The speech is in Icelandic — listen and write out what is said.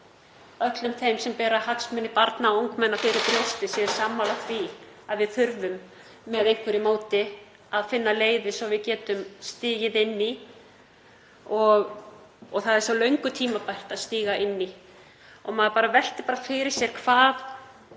öll þau sem bera hagsmuni barna og ungmenna fyrir brjósti séu sammála því að við þurfum með einhverju móti að finna leiðir svo að við getum stigið inn í og það er löngu tímabært að stíga inn í. Maður veltir fyrir sér hvað